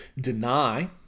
deny